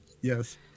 yes